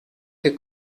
que